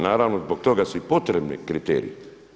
Naravno zbog toga su i potrebni kriteriji.